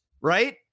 right